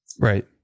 Right